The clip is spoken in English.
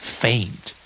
faint